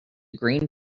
green